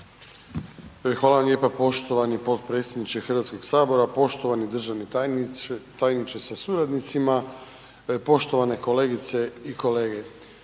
Hvala lijepa poštovani potpredsjedniče Hrvatskog sabora, poštovani državni tajniče sa suradnicima, poštovane kolegice i kolege.